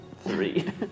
three